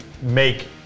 make